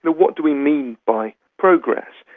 but what do we mean by progress?